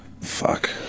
Fuck